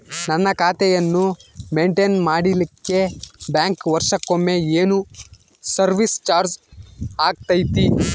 ನನ್ನ ಖಾತೆಯನ್ನು ಮೆಂಟೇನ್ ಮಾಡಿಲಿಕ್ಕೆ ಬ್ಯಾಂಕ್ ವರ್ಷಕೊಮ್ಮೆ ಏನು ಸರ್ವೇಸ್ ಚಾರ್ಜು ಹಾಕತೈತಿ?